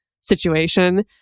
situation